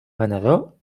venedor